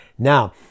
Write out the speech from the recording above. Now